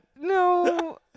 No